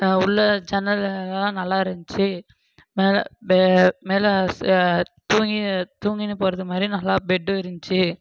உள்ள ஜன்னல்கள்லாம் நல்லா இருந்துச்சு மேலே மேலே மேலே தூங்கி தூங்கின்னு போகிறது மாதிரி நல்லா பெட்டு இருந்துச்சு